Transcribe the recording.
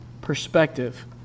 perspective